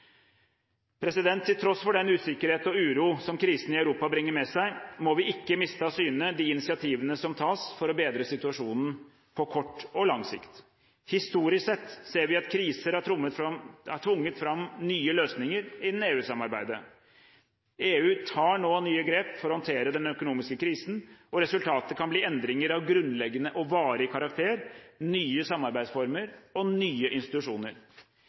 Til tross for den usikkerhet og uro som krisen i Europa bringer med seg, må vi ikke miste av syne de initiativene som tas for å bedre situasjonen på kort og lang sikt. Historisk sett ser vi at kriser har tvunget fram nye løsninger innen EU-samarbeidet. EU tar nå nye grep for å håndtere den økonomiske krisen, og resultatet kan bli endringer av grunnleggende og varig karakter, nye samarbeidsformer og nye institusjoner.